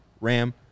Ram